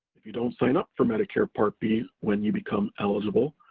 if you don't sign up for medicare part b when you become eligible,